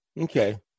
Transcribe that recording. Okay